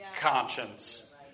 conscience